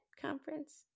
conference